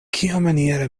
kiamaniere